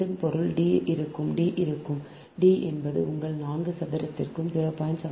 இதன் பொருள் D இருக்கும் D இருக்கும் d என்பது உங்கள் 4 சதுரத்திற்கும் 0